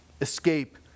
escape